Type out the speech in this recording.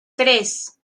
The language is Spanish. tres